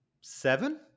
Seven